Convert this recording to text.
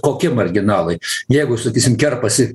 kokie marginalai jeigu sakysim kerpasi